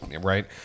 right